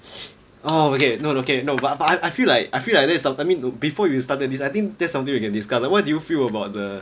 oh okay no okay no but I I feel like I feel like this is some I mean before you started this I think that's something we can discuss what do you feel about the